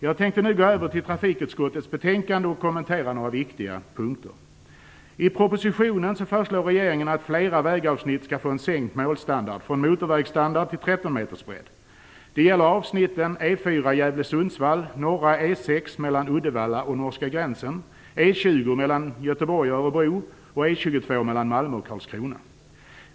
Jag tänkte nu gå över till trafikutskottets betänkande och kommentera några viktiga punkter. I propositionen föreslår regeringen att flera vägavsnitt skall få en sänkt målstandard från motorvägsstandard till 13 meters bredd. Det gäller avsnitten på E 4:an Gävle-Sundsvall, norra E 6 mellan Uddevalla och norska gränsen, E 20 mellan Göteborg och örebro och E 22 mellan Malmö och Karlskrona.